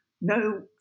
no